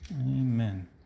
Amen